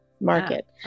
market